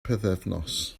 pythefnos